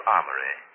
Armory